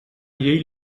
llei